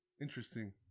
Interesting